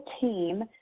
team